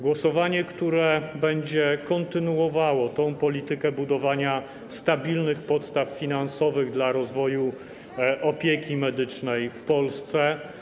Głosowanie, które będzie kontynuowało politykę budowania stabilnych podstaw finansowych dla rozwoju opieki medycznej w Polsce.